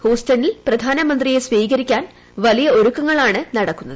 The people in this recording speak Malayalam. ഹൂസ്റ്റണിൽ പ്രധാനമന്ത്രിയെ സ്വീകരിക്കാൻ വലിയ ഒരുക്കങ്ങളാണ് നടക്കുന്നത്